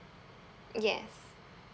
mm yes